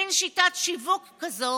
מין שיטת שיווק כזו